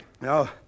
No